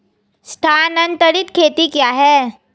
स्थानांतरित खेती क्या है?